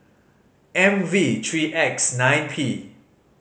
M V three X nine P